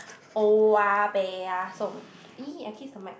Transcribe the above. oh-yah-peh-yah-som !ee! I kiss the mic